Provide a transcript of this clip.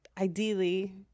ideally